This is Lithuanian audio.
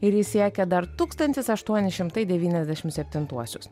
ir ji siekia dar tūkstantis aštuoni šimtai devyniasdešimt septintuosius